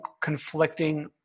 conflicting